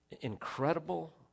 incredible